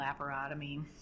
laparotomy